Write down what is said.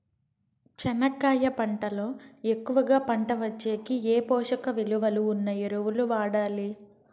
చెనక్కాయ పంట లో ఎక్కువగా పంట వచ్చేకి ఏ పోషక విలువలు ఉన్న ఎరువులు వాడాలి?